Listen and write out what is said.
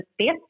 space